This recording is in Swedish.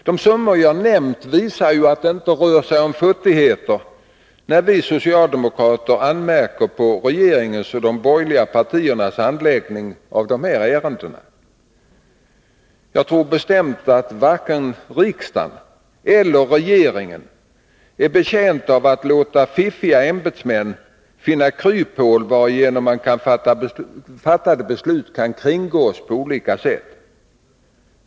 De summor jag har nämnt visar att det inte rör sig om futtigheter när vi socialdemokrater anmärker på regeringens och de borgerliga partiernas handläggning av dessa ärenden. Jag tror bestämt att varken riksdagen eller regeringen är betjänta av att låta fiffiga ämbetsmän finna kryphål varigenom fattade beslut kan kringgås på olika sätt.